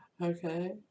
okay